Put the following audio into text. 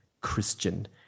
Christian